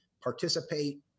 participate